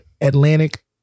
Atlantic